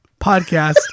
Podcast